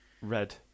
Red